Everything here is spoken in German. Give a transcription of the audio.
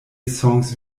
songs